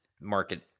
market